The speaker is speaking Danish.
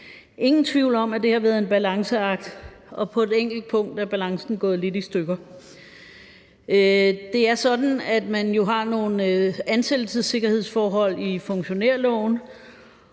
ingen tvivl om, at det har været en balanceakt, og på et enkelt punkt er balancen gået lidt i stykker. Det er sådan, at man i funktionærloven har nogle ansættelsessikkerhedsforhold, og der